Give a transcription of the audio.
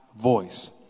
voice